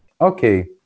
Okay